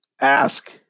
ask